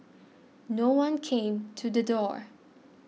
no one came to the door